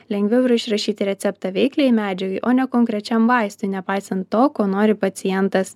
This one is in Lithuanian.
lengviau yra išrašyti receptą veikliajai medžiagai o ne konkrečiam vaistui nepaisant to ko nori pacientas